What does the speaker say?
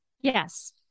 Yes